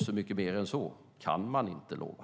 Så mycket mer än så kan man inte lova.